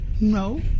No